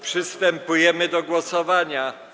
Przystępujemy do głosowania.